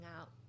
out